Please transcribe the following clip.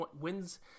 wins